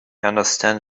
understand